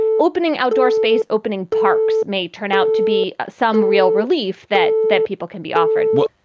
opening outdoor space, opening parks may turn out to be some real relief that that people can be offered well,